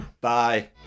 Bye